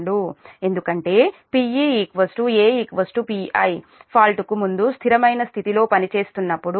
ఎందుకంటే Pe A Pi fault కు ముందు స్థిరమైన స్థితిలో పనిచేస్తున్నప్పుడు